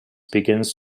begins